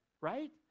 right